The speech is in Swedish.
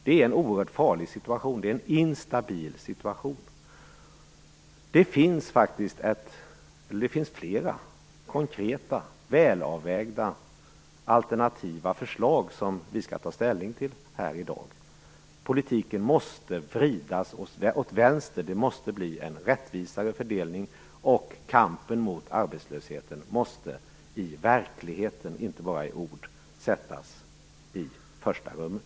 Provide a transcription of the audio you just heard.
Det här är en oerhört farligt situation. Det är en instabil situation. Det finns faktiskt flera konkreta, välavvägda alternativa förslag som vi skall ta ställning till här i dag. Politiken måste vridas åt vänster. Det måste bli en rättvisare fördelning. Kampen mot arbetslösheten måste - i verkligheten, inte bara i ord - sättas i första rummet.